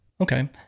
Okay